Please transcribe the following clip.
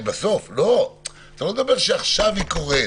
אתה לא אומר שעכשיו היא קורית